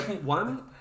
One